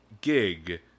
gig